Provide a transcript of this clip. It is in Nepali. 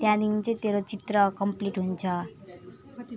त्यहाँदेखिको चाहिँ तेरो चित्र चाहिँ कम्प्लिट हुन्छ